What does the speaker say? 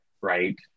right